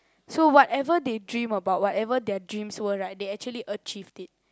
so whatever they dream about whatever their dreams were right they actually achieved it